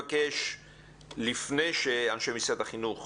לפני שאנשי משרד החינוך